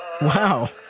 Wow